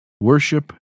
worship